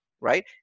right